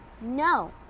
No